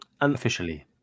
officially